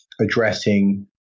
addressing